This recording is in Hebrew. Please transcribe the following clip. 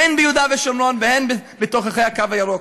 הן ביהודה ושומרון והן בתוככי הקו הירוק,